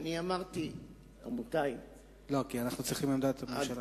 כי אנחנו צריכים גם את עמדת הממשלה בנושא.